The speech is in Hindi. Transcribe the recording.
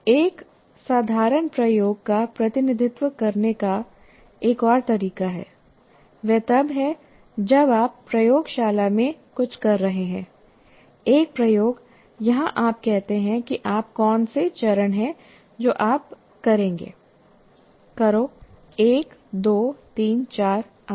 एक साधारण प्रयोग का प्रतिनिधित्व करने का एक और तरीका है वह तब है जब आप प्रयोगशाला में कुछ कर रहे हैं एक प्रयोग यहाँ आप कहते हैं कि आप कौन से चरण हैं जो आप करेंगे करो 1 2 34 आदि